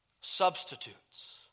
substitutes